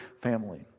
family